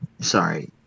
sorry